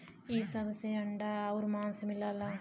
इ सब से अंडा आउर मांस मिलला